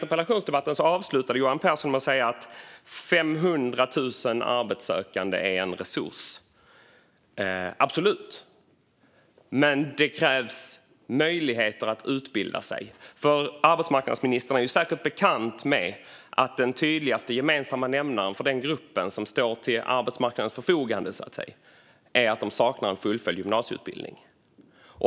Johan Pehrson avslutade den förra interpellationsdebatten med att säga att 500 000 arbetssökande är en resurs. Det är de absolut, men det krävs möjligheter att utbilda sig. Arbetsmarknadsministern är säkert bekant med att den tydligaste gemensamma nämnaren för den grupp som står till arbetsmarknadens förfogande är att de saknar en fullföljd gymnasieutbildning.